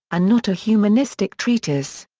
and not a humanistic treatise.